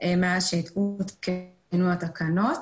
מאז שהותקנו התקנות.